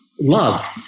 love